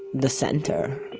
the center.